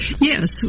Yes